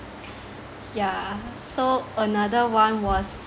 yeah so another one was